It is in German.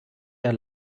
der